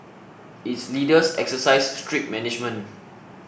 its leaders exercise strict management